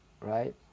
right